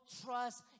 trust